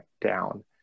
down